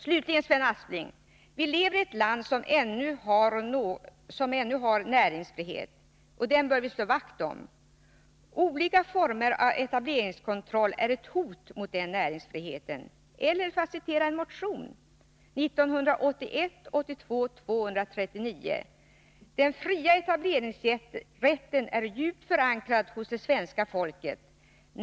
Slutligen, Sven Aspling: Vi lever i ett land som ännu har näringsfrihet, och den bör vi slå vakt om. Olika former av etableringskontroll är ett hot mot denna näringsfrihet. Låt mig citera en motion, 1981/82:239: ”Den fria etableringsrätten är djupt förankrad hos det svenska folket.